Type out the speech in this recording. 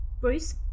Bruce